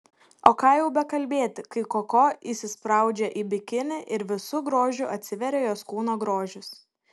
o ką jau bekalbėti kai koko įsispraudžia į bikinį ir visu grožiu atsiveria jos kūno grožis